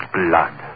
blood